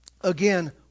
Again